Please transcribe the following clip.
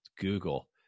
google